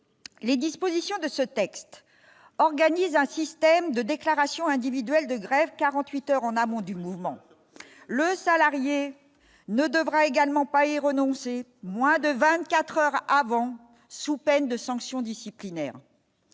les dispositions de ce texte organise un système de déclaration individuelle de grève 48h en amont du mouvement, le salarié ne devrait également pas y renoncer, moins de 24 heures avant, sous peine de sanctions disciplinaires,